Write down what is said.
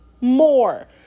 more